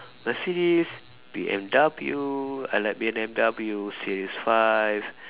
Mercedes B_M_W I like B_M_W series five